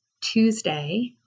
Tuesday